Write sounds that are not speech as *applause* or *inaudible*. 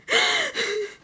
*laughs*